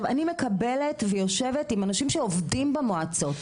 אני מקבלת ויושבת עם אנשים שעובדים במועצות,